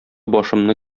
башымны